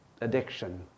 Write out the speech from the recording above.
addiction